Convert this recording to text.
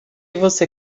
você